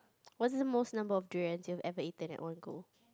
what's the most number of durians you've ever eaten in one go